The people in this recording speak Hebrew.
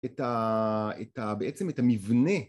את הה... את הה.. בעצם את המבנה